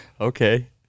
Okay